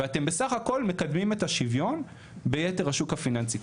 ואתם בסך הכל מקדמים את השוויון ביתר השוק הפיננסי.